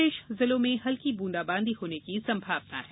शेष जिलों में हल्की ब्रूंदाबांदी होने की संभावना है